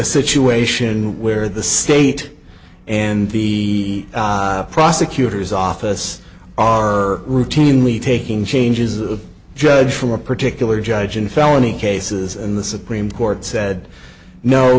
situation where the state and the prosecutor's office are routinely taking changes a judge from a particular judge in felony cases in the supreme court said no